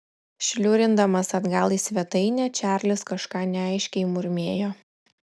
šliurindamas atgal į svetainę čarlis kažką neaiškiai murmėjo